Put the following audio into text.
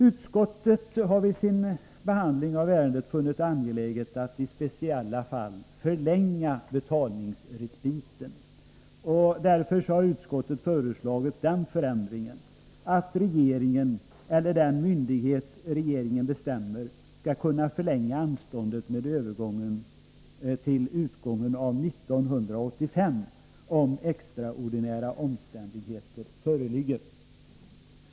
Utskottet har vid sin behandling av ärendet funnit det angeläget att i speciella fall förlänga betalningsrespiten. Utskottet har därför föreslagit den förändringen att regeringen, eller den myndighet regeringen bestämmer, skall kunna förlänga anståndet med övergången till utgången av 1985, om extraordinära omständigheter föreligger.